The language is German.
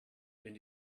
wenn